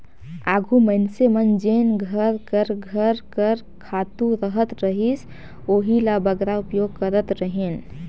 आघु मइनसे मन जेन घर कर घर कर खातू रहत रहिस ओही ल बगरा उपयोग करत रहिन